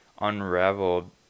unraveled